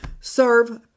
serve